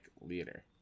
leader